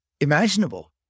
imaginable